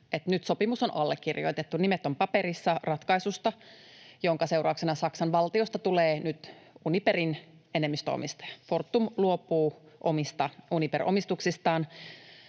nyt sopimus on allekirjoitettu, nimet ovat paperissa ratkaisusta, jonka seurauksena Saksan valtiosta tulee nyt Uniperin enemmistöomistaja. Fortum luopuu omista Uniper-omistuksistaan.